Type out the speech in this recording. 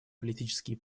политические